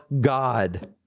God